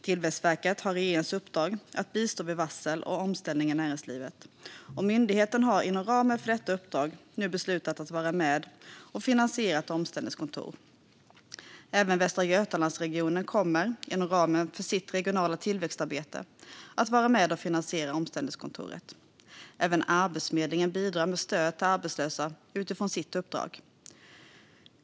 Tillväxtverket har regeringens uppdrag att bistå vid varsel och omställning i näringslivet, och myndigheten har inom ramen för detta uppdrag nu beslutat att vara med och finansiera ett omställningskontor. Även Västra Götalandsregionen kommer inom ramen för sitt regionala tillväxtarbete att vara med och finansiera omställningskontoret. Även Arbetsförmedlingen bidrar med stöd till arbetslösa utifrån sitt uppdrag.